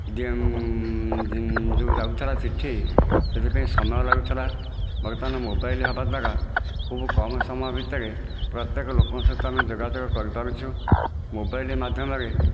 ଯେଉଁ ଯେଉଁ ଯାଉଥିଲା ଚିଠି ସେଥିପାଇଁ ସମୟ ଲାଗୁଥିଲା ବର୍ତ୍ତମାନ ମୋବାଇଲ୍ ହେବା ଦ୍ୱାରା ଖୁବ କମ ସମୟ ଭିତରେ ପ୍ରତ୍ୟେକ ଲୋକଙ୍କ ସହିତ ଆମେ ଯୋଗାଯୋଗ କରିପାରୁଛୁ ମୋବାଇଲ୍ ମାଧ୍ୟମରେ